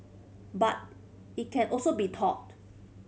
but it can also be taught